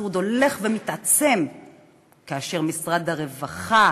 האבסורד הולך ומתעצם כאשר משרד הרווחה,